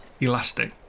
elastic